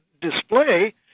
display